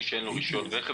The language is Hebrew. לגבי מי שאין לו רישיון רכב,